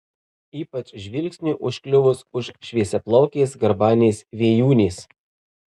ypač žvilgsniui užkliuvus už šviesiaplaukės garbanės vėjūnės